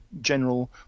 general